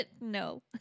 No